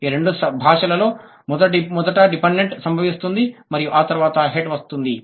ఈ రెండు భాషలలో మొదట డిపెండెంట్ సంభవిస్తుంది మరియు ఆ తరువాత హెడ్ వస్తుంది